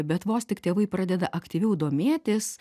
bet vos tik tėvai pradeda aktyviau domėtis